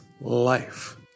life